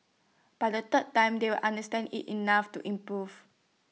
by the third time they will understand IT enough to improve